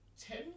ten